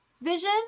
vision